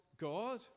God